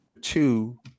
two